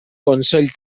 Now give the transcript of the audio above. consell